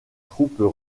troupes